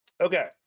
Okay